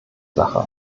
sache